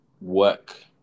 work